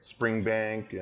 Springbank